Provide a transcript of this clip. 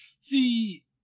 See